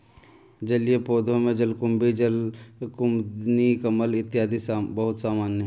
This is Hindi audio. जलीय पौधों में जलकुम्भी, जलकुमुदिनी, कमल इत्यादि बहुत सामान्य है